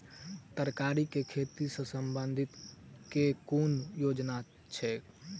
तरकारी केँ खेती सऽ संबंधित केँ कुन योजना छैक?